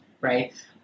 right